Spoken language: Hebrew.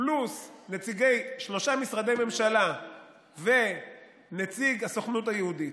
פלוס נציגי שלושה משרדי ממשלה ונציג הסוכנות היהודית.